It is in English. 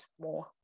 more